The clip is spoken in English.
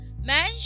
Man